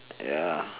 ya